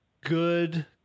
good